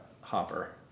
Hopper